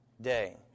day